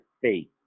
faith